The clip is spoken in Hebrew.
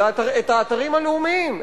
אלא את האתרים הלאומיים,